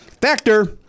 Factor